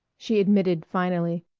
she admitted finally,